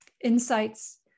insights